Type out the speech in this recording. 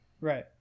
right